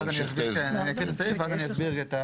אני אקריא את הסעיף ואז אני אסביר,